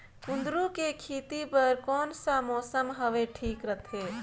कुंदूरु के खेती बर कौन सा मौसम हवे ठीक रथे?